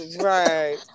Right